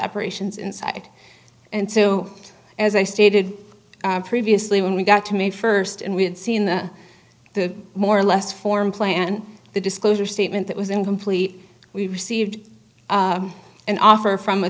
operations inside and so as i stated previously when we got to may first and we had seen that the more or less form planned the disclosure statement that was incomplete we received an offer from a